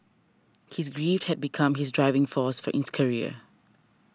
his grief had become his driving force in his career